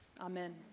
amen